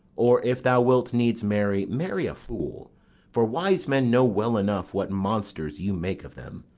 or, if thou wilt needs marry, marry a fool for wise men know well enough what monsters you make of them.